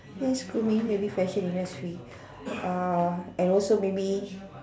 yes grooming maybe fashion industry and also maybe